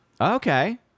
Okay